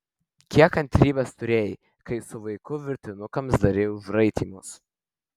kiek kantrybės turėjai kai su vaiku virtinukams darei užraitymus